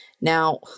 Now